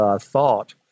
thought